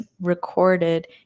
recorded